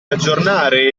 aggiornare